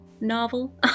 novel